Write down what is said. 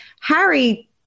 Harry